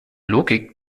logik